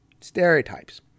stereotypes